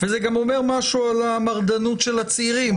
וזה גם אומר משהו על המרדנות של הצעירים,